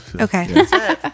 Okay